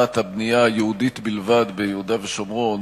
הבנייה היהודית בלבד ביהודה ושומרון